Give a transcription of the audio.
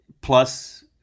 plus